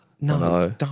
no